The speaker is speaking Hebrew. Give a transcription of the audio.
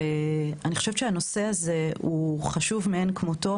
אני חושבת שהנושא הזה חשוב מאין כמותו.